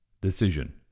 decision